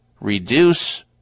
reduce